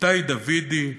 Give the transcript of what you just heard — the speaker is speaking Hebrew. איתי דודי,